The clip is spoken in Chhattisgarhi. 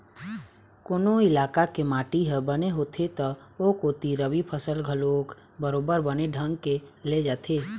कोनो इलाका के माटी ह बने होथे त ओ कोती रबि फसल घलोक बरोबर बने ढंग के ले जाथे